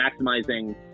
maximizing